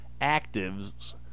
actives